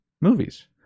movies